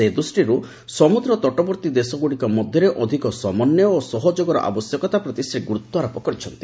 ସେ ଦୃଷ୍ଟିରୁ ସମୁଦ୍ରତଟବର୍ତ୍ତୀ ଦେଶଗୁଡ଼ିକ ମଧ୍ୟରେ ଅଧିକ ସମନ୍ୱୟ ଓ ସହଯୋଗର ଆବଶ୍ୟକତା ପ୍ରତି ସେ ଗୁରୁତ୍ୱାରୋପ କରିଛନ୍ତି